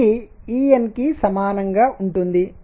ఇది En కి సమానంగా ఉంటుంది